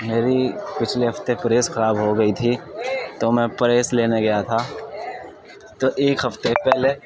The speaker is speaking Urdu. میری پچھلے ہفتے پریس خراب ہو گئی تھی تو میں پریس لینے گیا تھا تو ایک ہفتے پہلے